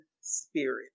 spirit